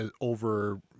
over